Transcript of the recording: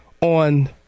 on